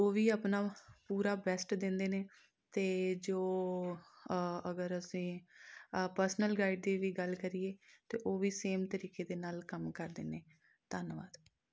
ਉਹ ਵੀ ਆਪਣਾ ਪੂਰਾ ਬੈਸਟ ਦਿੰਦੇ ਨੇ ਅਤੇ ਜੋ ਅਗਰ ਅਸੀਂ ਪਰਸਨਲ ਗਾਈਡ ਦੀ ਵੀ ਗੱਲ ਕਰੀਏ ਤਾਂ ਉਹ ਵੀ ਸੇਮ ਤਰੀਕੇ ਦੇ ਨਾਲ ਕੰਮ ਕਰਦੇ ਨੇ ਧੰਨਵਾਦ